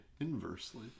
inversely